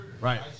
Right